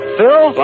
Phil